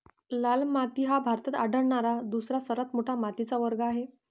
लाल माती हा भारतात आढळणारा दुसरा सर्वात मोठा मातीचा वर्ग आहे